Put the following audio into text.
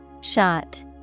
Shot